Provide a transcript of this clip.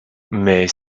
mais